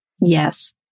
Yes